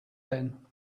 then